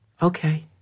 Okay